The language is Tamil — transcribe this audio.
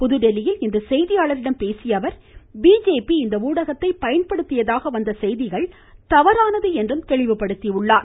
புதுதில்லியில் செய்தியாளர்களிடம் பேசிய அவர் பிஜேபி இந்த உளடகத்தை பயன்படுத்தியதாக வந்த செய்திகள் தவறானது என்று தெளிவுபடுத்தினார்